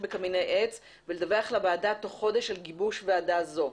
בקמיני עץ ולדווח לוועדה תוך חודש על גיבוש ועדה זו.